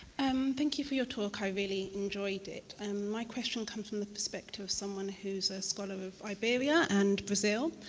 thank you for your talk. i really enjoyed it. and my question comes from the perspective of someone who's a scholar of of iberia and brazil.